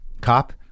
Cop